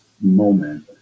moment